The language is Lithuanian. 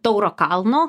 tauro kalno